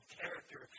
character